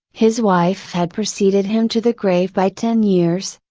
his wife had preceded him to the grave by ten years,